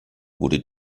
wurde